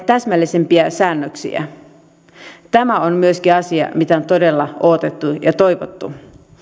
täsmällisempiä säännöksiä tämä on myöskin asia mitä on todella odotettu ja toivottu